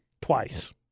Twice